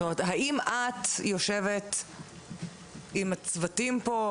האם את יושבת עם הצוותים פה?